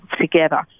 together